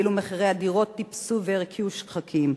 ואילו מחירי הדירות טיפסו והרקיעו שחקים.